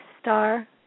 star